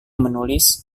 menulis